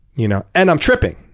you know and i'm tripping.